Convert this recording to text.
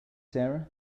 sarah